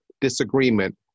disagreement